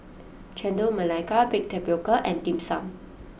Chendol Melaka Baked Tapioca and Dim Sum